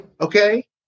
Okay